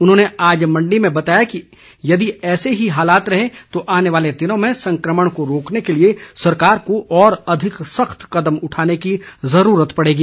उन्होंने आज मण्डी में बताया कि यदि ऐसे ही हालात रहे तो आने वाले दिनों में संक्रमण को रोकने के लिए सरकार को और अधिक सख्त कदम उठाने की ज़रूरत पड़ेगी